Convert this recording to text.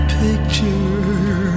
picture